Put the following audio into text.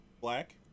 Black